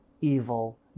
evil